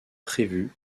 prévu